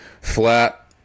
flat